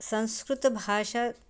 संस्कृतभाषां